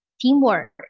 teamwork